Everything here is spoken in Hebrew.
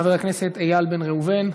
חבר הכנסת איל בן ראובן,